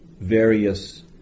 various